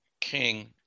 King